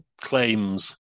claims